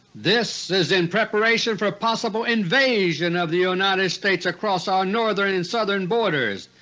this is in preparation for possible invasion of the united states across our northern and southern borders,